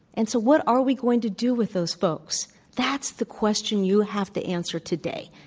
and so what are we going to do with those folks? that's the question you have to answer today.